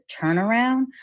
turnaround